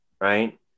Right